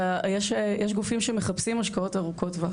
ויש גופים שמחפשים השקעות ארוכות טווח.